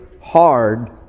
hard